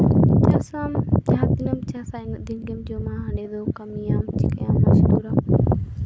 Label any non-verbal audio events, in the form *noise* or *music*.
ᱪᱟᱥ ᱟᱢ ᱡᱟᱦᱟᱸ ᱛᱤᱱᱟᱹᱜ ᱮᱢ ᱪᱟᱥᱟ ᱤᱱᱟᱹᱜ ᱫᱤᱱ ᱜᱮᱢ ᱡᱚᱢᱟ ᱦᱟᱸᱰᱮ ᱫᱚᱢ ᱠᱟᱹᱢᱤᱭᱟᱢ ᱪᱤᱠᱟᱹᱭᱟᱢ *unintelligible*